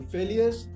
Failures